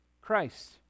Christ